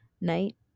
night